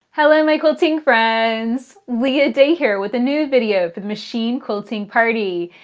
hello my quilting friends. leah day here with a new video for the machine-quilting party.